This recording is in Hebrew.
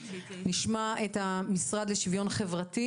נשמע את המשרד לשוויון חברתי